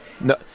No